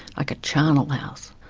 like a charnel house,